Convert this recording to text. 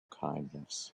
kindness